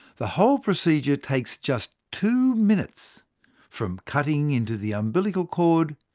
the whole procedure takes just two minutes from cutting into the umbilical cord,